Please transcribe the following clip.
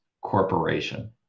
corporation